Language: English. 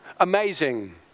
Amazing